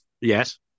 Yes